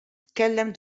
tkellem